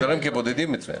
הם מוגדרים כבודדים - מצוין.